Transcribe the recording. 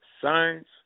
science